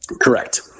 correct